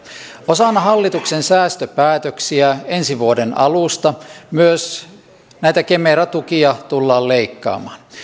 osana hallituksen säästöpäätöksiä ensi vuoden alusta myös näitä kemera tukia tullaan leikkaamaan